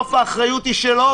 בסוף האחריות היא שלו,